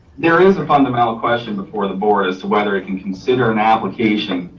there is a fundamental question before the board, as to whether it can consider an application.